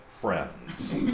friends